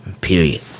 Period